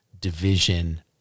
division